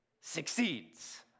succeeds